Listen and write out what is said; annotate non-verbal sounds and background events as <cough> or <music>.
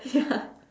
<laughs> ya